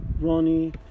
Ronnie